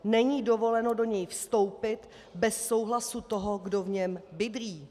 Není dovoleno do něj vstoupit bez souhlasu toho, kdo v něm bydlí.